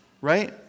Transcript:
right